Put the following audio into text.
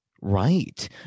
Right